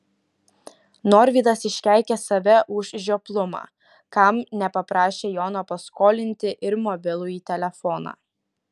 norvydas iškeikė save už žioplumą kam nepaprašė jono paskolinti ir mobilųjį telefoną